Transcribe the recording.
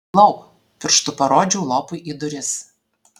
lauk pirštu parodžiau lopui į duris